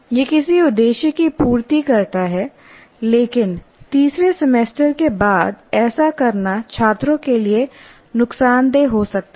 यह किसी उद्देश्य की पूर्ति करता है लेकिन तीसरे सेमेस्टर के बाद ऐसा करना छात्रों के लिए नुकसानदेह हो सकता है